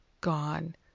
gone